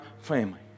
family